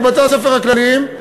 בבתי-הספר הכלליים.